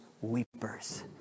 weepers